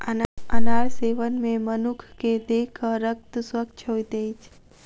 अनार सेवन मे मनुख के देहक रक्त स्वच्छ होइत अछि